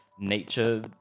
nature